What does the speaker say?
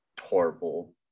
horrible